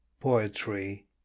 poetry